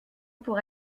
pour